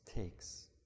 takes